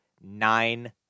nine